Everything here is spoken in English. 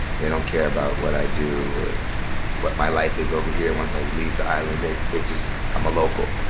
they don't care about what i do or what my life is over here once i leave the island. they they just i'm a local.